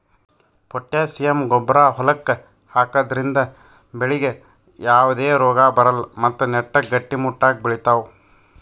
potassium ಗೊಬ್ಬರ್ ಹೊಲಕ್ಕ್ ಹಾಕದ್ರಿಂದ ಬೆಳಿಗ್ ಯಾವದೇ ರೋಗಾ ಬರಲ್ಲ್ ಮತ್ತ್ ನೆಟ್ಟಗ್ ಗಟ್ಟಿಮುಟ್ಟಾಗ್ ಬೆಳಿತಾವ್